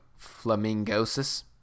Flamingosis